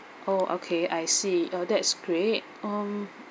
oh okay I see uh that's great um